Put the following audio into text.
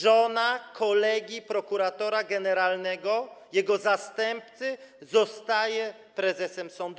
Żona kolegi prokuratora generalnego, jego zastępcy zostaje prezesem sądu.